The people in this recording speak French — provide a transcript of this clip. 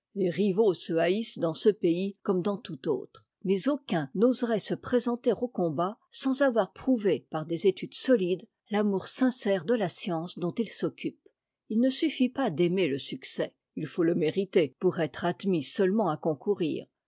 les rivaux se haïssent dans ce pays comme dans tout autre mais aucun n'oserait se présenter au combat sans avoir prouvé par des études solides l'amour sincère de la science dont il s'occupe h ne suffit pas d'aimer le sucées il faut le mériter pour être admis seulement à concourir